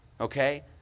okay